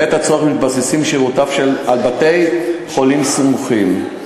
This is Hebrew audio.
בעת הצורך מתבססים שירותיו על בתי-חולים סמוכים,